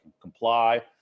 comply